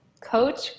Coach